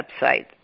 website